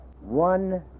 one